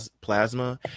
Plasma